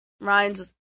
ryan's